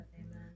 Amen